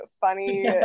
funny